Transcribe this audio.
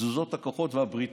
תזוזות הכוחות והבריתות.